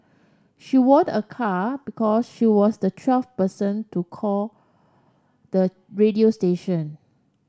she ward a car because she was the twelve person to call the radio station